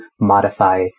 modify